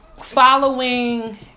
following